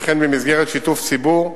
וכן במסגרת שיתוף ציבור,